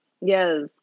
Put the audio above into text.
yes